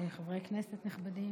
חברי כנסת נכבדים,